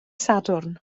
sadwrn